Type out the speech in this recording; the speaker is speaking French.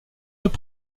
deux